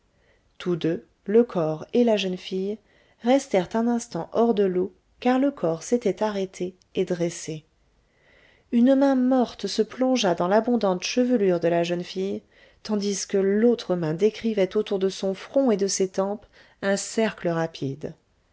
tous deux le corps et la jeune fille restèrent un instant hors de l'eau car le corps s'était arrêté et dressé une main morte se plongea dans l'abondante chevelure de la jeune fille tandis que l'autre main décrivait autour de son front et de ses tempes un cercle rapide